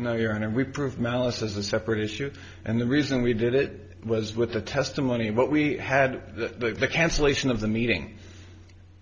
no your honor we prove malice as a separate issue and the reason we did it was with the testimony of what we had the cancellation of the meeting